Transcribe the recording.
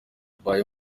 mbaye